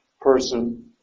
person